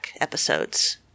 episodes